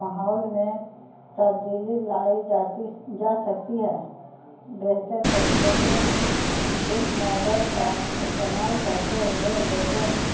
ماحول میں تبدیلی لائی جاتی جا سکتی ہے بہتر طریقے سے اس ماڈل کا استعمال کرتے ہوئے لوگوں